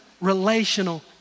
relational